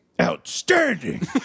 Outstanding